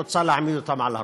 רוצה להעמיד אותם על הראש.